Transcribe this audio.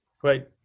Great